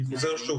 אני חוזר שוב,